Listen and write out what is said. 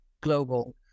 global